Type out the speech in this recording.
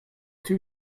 too